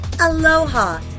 Aloha